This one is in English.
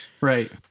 Right